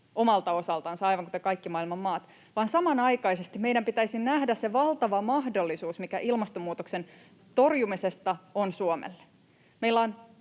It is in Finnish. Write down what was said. omalta osaltansa, aivan kuten kaikki maailman maat, vaan samanaikaisesti meidän pitäisi nähdä se valtava mahdollisuus, mikä ilmastonmuutoksen torjumisessa on Suomelle.